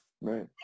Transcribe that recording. right